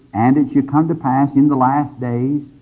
and it shall come to pass in the last days,